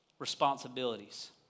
Responsibilities